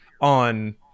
on